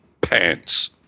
pants